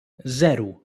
zero